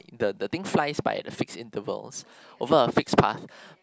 the the thing flies by at a fixed intervals over a fixed path